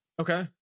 okay